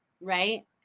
right